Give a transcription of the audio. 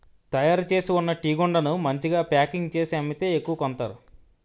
తయారుచేసి ఉన్న టీగుండను మంచిగా ప్యాకింగ్ చేసి అమ్మితే ఎక్కువ కొంతారు